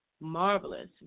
Marvelous